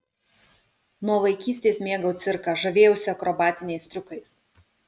nuo vaikystės mėgau cirką žavėjausi akrobatiniais triukais